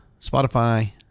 Spotify